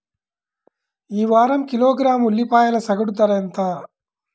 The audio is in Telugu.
ఈ వారం కిలోగ్రాము ఉల్లిపాయల సగటు ధర ఎంత?